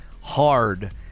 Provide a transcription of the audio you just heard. hard